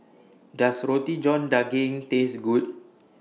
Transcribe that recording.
Does Roti John Daging Taste Good